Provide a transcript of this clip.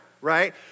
right